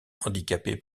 handicapé